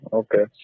okay